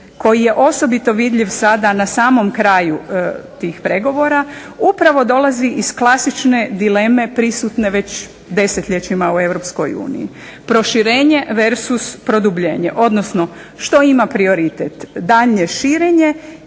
koji je osobito vidljiv sada na samom kraju tih pregovora upravo dolazi iz klasične dileme prisutne već desetljećima u Europskoj uniji, proširenje vs. produbljenje. Odnosno što ima prioritet, daljnje širenje